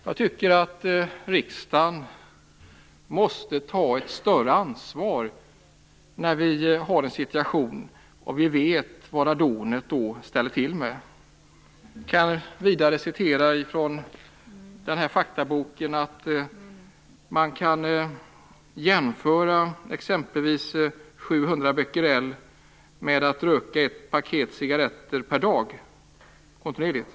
Jag tycker att riksdagen måste ta ett större ansvar eftersom vi vet vad radonet ställer till med. I den här boken står det också att man kan jämföra exempelvis 700 becquerel med att röka ett paket cigaretter per dag kontinuerligt.